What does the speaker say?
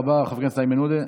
תודה רבה, חבר הכנסת איימן עודה.